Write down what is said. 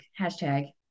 Hashtag